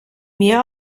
mir